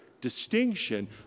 distinction